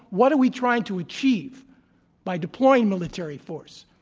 what are we trying to achieve by deploying military force?